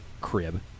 crib